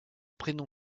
prénom